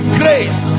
grace